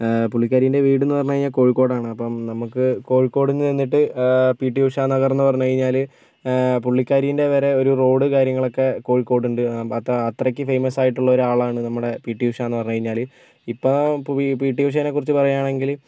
പുള്ളിക്കാരിന്റെ വീട് എന്ന് പറഞ്ഞു കഴിഞ്ഞാൽ കോഴിക്കോട് ആണ് അപ്പോൾ നമുക്ക് കോഴിക്കോട് ചെന്നിട്ട് പി ടി ഉഷ നഗർ എന്ന് പറഞ്ഞ് കഴിഞ്ഞാൽ പുള്ളിക്കാരിന്റെ വരെ റോഡ് കാര്യങ്ങൾ ഒക്കെ കോഴിക്കോട് ഉണ്ട് അപ്പോൾ അതാ അത്രയ്ക്ക് ഫേമസ് ആയിട്ടുള്ള ഒരാളാണ് നമ്മുടെ പി ടി ഉഷ എന്ന് പറഞ്ഞ് കഴിഞ്ഞാൽ ഇപ്പോൾ പി ടി ഉഷയെ കുറിച്ച് പറയുകയാണെങ്കിൽ